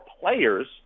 players